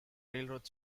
railroad